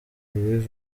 louis